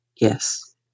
Yes